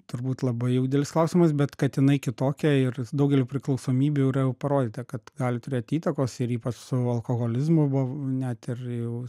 turbūt labai jau didelis klausimas bet kad jinai kitokia ir daugeliu priklausomybių yra jau parodyta kad gali turėt įtakos ir ypač su alkoholizmu buvo net ir jau